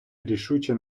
рішуче